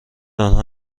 آنها